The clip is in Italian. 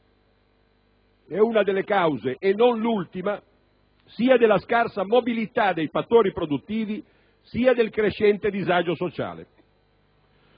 è una delle cause - e non l'ultima - sia della scarsa mobilità dei fattori produttivi, sia del crescente disagio sociale.